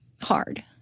hard